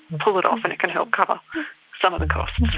pull it off and it can help cover some of the costs.